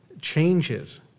changes